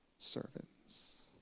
Servants